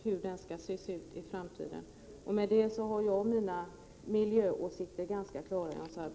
Med detta har jag klart redogjort för mina miljöåsikter, Jan Sandberg.